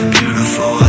beautiful